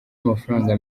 amafaranga